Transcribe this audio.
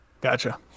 Gotcha